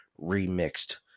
remixed